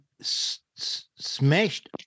Smashed